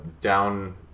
Down